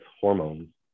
hormones